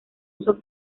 uso